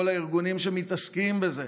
כל הארגונים שמתעסקים בזה,